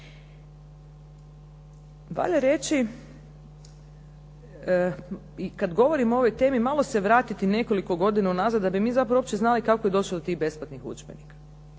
Valja reći, i kad govorim o ovoj temi malo se vratiti nekoliko godina unazad da bi mi zapravo uopće znali kako je došlo do tih besplatnih udžbenika.